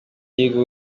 y’igihugu